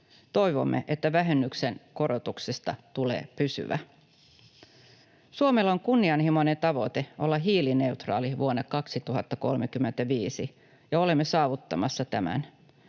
Toivomme, että vähennyksen korotuksesta tulee pysyvä. Suomella on kunnianhimoinen tavoite olla hiilineutraali vuonna 2035, ja olemme saavuttamassa tämän.